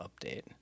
update